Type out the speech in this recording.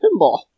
pinball